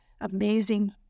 amazing